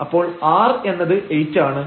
അപ്പോൾ r എന്നത് 8 ആണ്